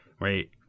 right